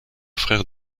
frère